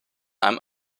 einem